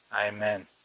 Amen